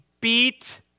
beat